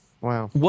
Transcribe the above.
Wow